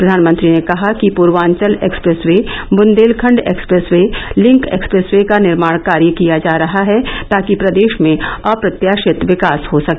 प्रधानमंत्री ने कहा कि Purvanchal expressway Bundelkhand expressway link expressway का निर्माण कार्य किया जा रहा है ताकि प्रदेश में अप्रत्याशित विकास हो सके